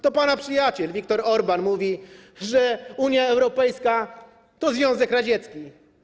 To pana przyjaciel Viktor Orbán mówi, że Unia Europejska to Związek Radziecki.